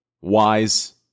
Wise